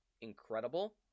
incredible